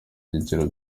byiciro